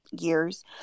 years